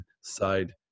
side